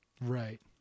Right